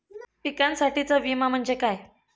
पिकांसाठीचा विमा म्हणजे काय?